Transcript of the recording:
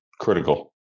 critical